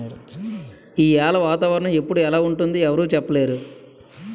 ఈయాల వాతావరణ ఎప్పుడు ఎలా ఉంటుందో ఎవరూ సెప్పనేరు